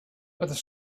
other